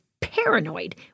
paranoid